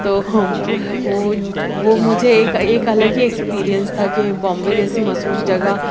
تو وہ وہ مجھے ایک ایک الگ ہی ایکسپیریئنس تھا کہ بامبے جیسی مصروف جگہ